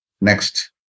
Next